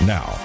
Now